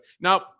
Now